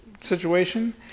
situation